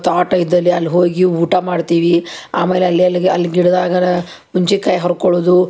ತೋಟ ಇದ್ದಲ್ಲಿ ಅಲ್ಲಿ ಹೋಗಿ ಊಟ ಮಾಡ್ತೀವಿ ಆಮೇಲೆ ಅಲ್ಲೆಲ್ಗೆ ಅಲ್ಲಿ ಗಿಡ್ದಾಗರ ಹುಂಚಿ ಕಾಯಿ ಹರ್ಕೊಳ್ಳೋದು